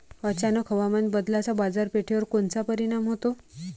अचानक हवामान बदलाचा बाजारपेठेवर कोनचा परिणाम होतो?